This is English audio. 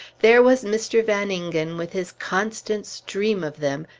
there was mr. van ingen with his constant stream of them,